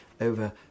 over